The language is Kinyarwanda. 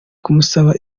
kumusaba